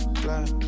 black